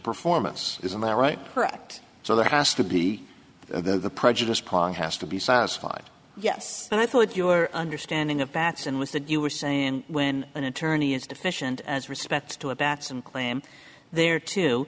performance isn't that right correct so there has to be that the prejudice pong has to be satisfied yes and i thought your understanding of bats and was that you were saying when an attorney is deficient as respects to a batson claim there too